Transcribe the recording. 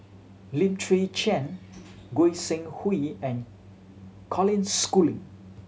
Lim Chwee Chian Goi Seng Hui and Colin Schooling